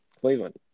Cleveland